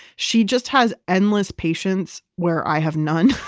she just has endless patience where i have none.